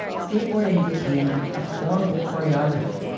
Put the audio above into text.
skateboarding became a form of choreography,